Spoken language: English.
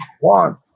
one